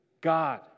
God